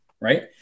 right